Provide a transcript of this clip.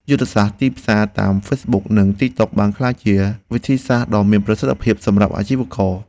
យុទ្ធសាស្ត្រទីផ្សារតាមហ្វេសប៊ុកនិងតិកតុកបានក្លាយជាវិធីសាស្ត្រដ៏មានប្រសិទ្ធភាពសម្រាប់អាជីវក។